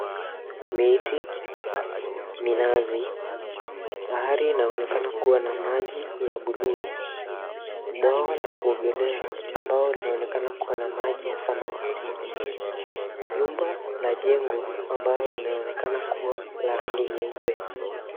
Miti, minazi, bahari inaonekana kuwa na maji ya buluu, bwawa la kuogelea ambao linaonekana kuwa na maji ya samawati. Jumba la jengo ambalo linaonekana kuwa la rangi nyeupe.